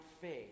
faith